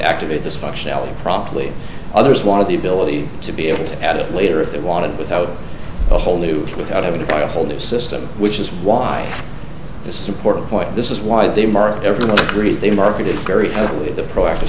activate this functionality properly others want the ability to be able to add it later if they want to without a whole new without having to buy a whole new system which is why this is important point this is why they mark everyone agrees they marketed very heavily in the proactive